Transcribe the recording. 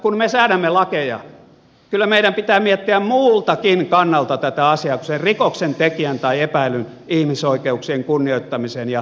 kun me säädämme lakeja kyllä meidän pitää miettiä muultakin kannalta tätä asiaa kuin sen rikoksentekijän tai epäillyn ihmisoikeuksien kunnioittamisen ja oikeusturvan kannalta